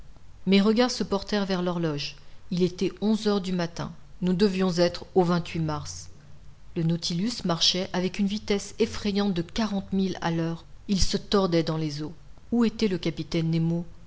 mes regards se portèrent vers l'horloge il était onze heures du matin nous devions être au mars le nautilus marchait avec une vitesse effrayante de quarante milles à l'heure il se tordait dans les eaux où était le capitaine nemo